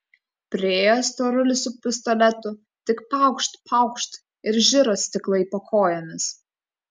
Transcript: priėjo storulis su pistoletu tik paukšt paukšt ir žiro stiklai po kojomis